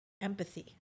empathy